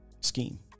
scheme